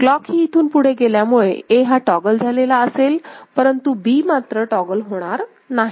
clock ही इथून पुढे गेल्यामुळे A हा टॉगल झालेला असेल परंतु B मात्र टॉगल होणार नाही